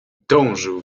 dążył